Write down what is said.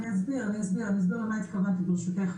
אני אסביר למה התכוונתי, ברשותך.